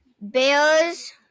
Bears